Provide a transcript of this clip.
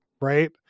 right